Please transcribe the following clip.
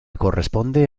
corresponde